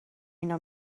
اینا